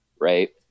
right